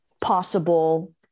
possible